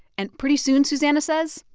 and pretty soon, susannah says,